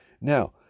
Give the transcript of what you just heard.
Now